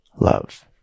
love